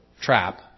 trap